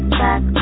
back